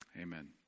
Amen